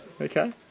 Okay